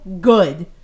good